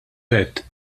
għedt